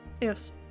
Yes